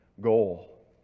goal